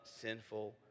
sinful